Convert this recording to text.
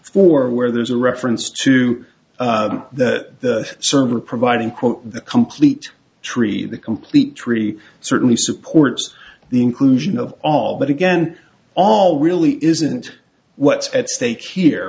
four where there's a reference to that server provide in quote the complete tree the complete tree certainly supports the inclusion of all but again all really isn't what's at stake here